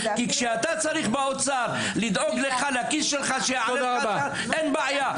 כי כשאתה צריך באוצר לדאוג לך לכיס שלך אין בעיה,